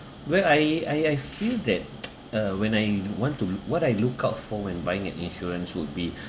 where I I I feel that uh when I want to what I look out for when buying an insurance would be